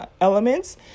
elements